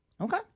Okay